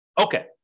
Okay